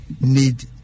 need